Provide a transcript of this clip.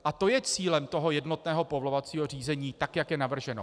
A to je cílem jednotného povolovacího řízení, tak jak je navrženo.